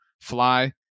Fly